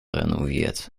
renoviert